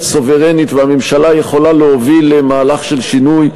סוברנית והממשלה יכולה להוביל מהלך של שינוי,